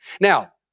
Now